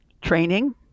training